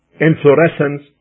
inflorescence